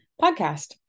podcast